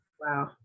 Wow